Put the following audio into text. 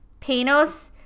Panos